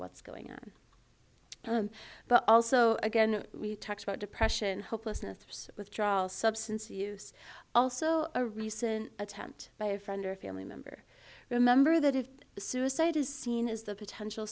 what's going on but also again we talked about depression hopelessness withdrawal substance abuse also a recent attempt by a friend or family member remember that if suicide is seen as the potential